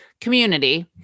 community